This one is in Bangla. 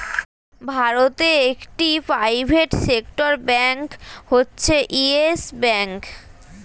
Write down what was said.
ভারতে একটি প্রাইভেট সেক্টর ব্যাঙ্ক হচ্ছে ইয়েস ব্যাঙ্ক